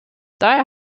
daher